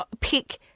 pick